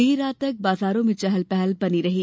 देर रात तक बाजारों में चहल पहल बनी रही